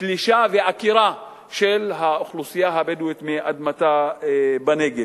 תלישה ועקירה של האוכלוסייה הבדואית מאדמתה בנגב.